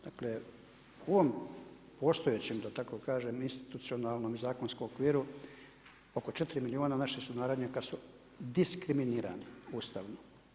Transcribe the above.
Dakle, u ovom postojeću da tako kažem institucionalnom zakonskom okviru oko 4 milijuna naših sunarodnika su diskriminirana Ustavom.